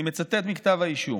אני מצטט מכתב האישום.